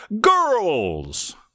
girls